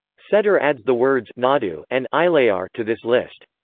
settar adds the words nadu and ilayar to this list.